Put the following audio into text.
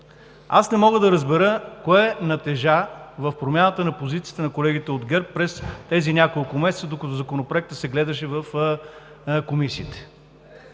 Аз не мога да разбера кое натежа в промяната на позициите на колегите от ГЕРБ през тези няколко месеца, докато Законопроектът се гледаше в комисиите.